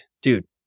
Dude